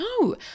no